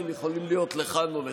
הם יכולים להיות לכאן או לכאן,